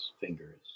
fingers